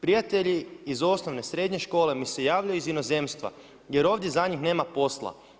Prijatelji iz osnovne i srednje škole mi se javljaju iz inozemstva jer ovdje za njih nema posla.